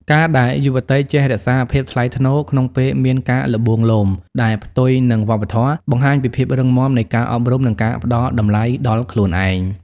ការដែលយុវតីចេះ "រក្សាភាពថ្លៃថ្នូរ" ក្នុងពេលមានការល្បួងលោមដែលផ្ទុយនឹងវប្បធម៌ បង្ហាញពីភាពរឹងមាំនៃការអប់រំ និងការផ្ដល់តម្លៃដល់ខ្លួនឯង។